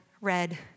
red